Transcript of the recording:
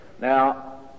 Now